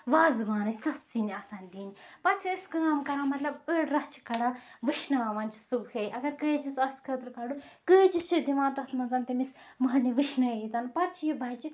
وازوانٕے سَتھ سِنۍ آسان دِنۍ پَتہٕ چھِ أسۍ کٲم کران مطلب أڑۍ رَژھ چھِ کَڑان وُشناوان چھِ صبُحٲے اَگر کٲجِس آسہِ خٲطرٕ کَڑن کٲجِس چھِ دِوان تَتھ منٛز تٔمِس مَہرنہِ وُشنایِتھ پَتہٕ چھُ یہِ بَچہٕ